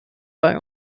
bei